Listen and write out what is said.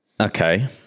okay